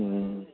હા